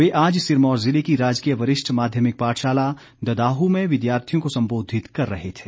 वे आज सिरमौर जिले की राजकीय वरिष्ठ माध्यमिक पाठशाला ददाहू में विद्यार्थियों को संबोधित कर रहे थे